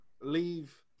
leave